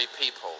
people